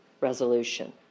resolution